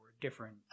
different